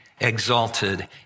exalted